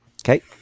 Okay